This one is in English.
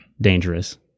dangerous